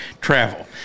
travel